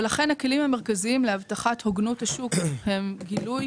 לכן הכלים המרכזיים להבטחת הוגנות השוק הם גילוי.